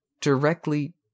directly